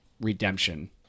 redemption